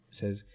says